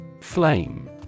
Flame